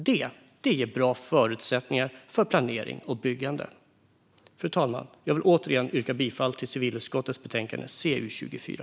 Det ger bra förutsättningar för planering och byggande. Fru talman! Jag vill återigen yrka bifall till förslaget i civilutskottets betänkande CU24.